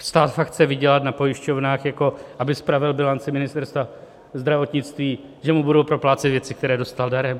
Stát fakt chce vydělat na pojišťovnách, aby spravil bilanci Ministerstva zdravotnictví, že mu budou proplácet věci, které dostal darem?